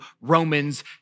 Romans